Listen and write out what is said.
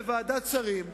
בוועדת השרים,